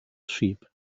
sheep